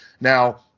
Now